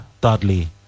dudley